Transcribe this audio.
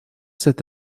cet